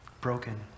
broken